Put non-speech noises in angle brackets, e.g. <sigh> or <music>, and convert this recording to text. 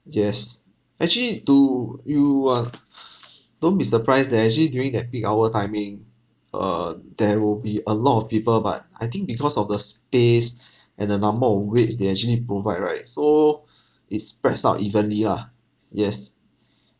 yes actually do you uh don't be surprised that actually during that peak hour timing err there will be a lot of people but I think because of the space and the number of weights they actually provide right so it spreads out evenly lah yes <breath>